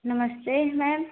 नमस्ते मैम